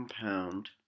compound